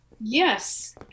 yes